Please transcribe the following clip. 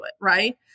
Right